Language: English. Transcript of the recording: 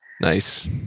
Nice